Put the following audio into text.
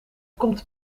komt